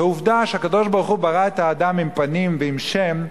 ועובדה שהקדוש-ברוך-הוא ברא את האדם עם פנים ועם שם,